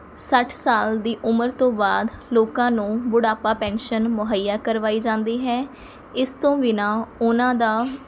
ਸੱਠ ਸਾਲ ਦੀ ਉਮਰ ਤੋਂ ਬਾਅਦ ਲੋਕਾਂ ਨੂੰ ਬੁਢਾਪਾ ਪੈਨਸ਼ਨ ਮੁਹੱਈਆ ਕਰਵਾਈ ਜਾਂਦੀ ਹੈ ਇਸ ਤੋਂ ਬਿਨਾਂ ਉਹਨਾਂ ਦਾ